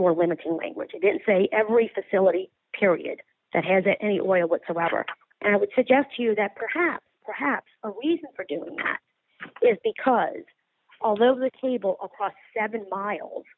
more limiting language it didn't say every facility period that has any oil whatsoever and i would suggest to you that perhaps perhaps a reason for doing that is because although the cable across seven miles